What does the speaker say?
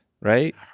right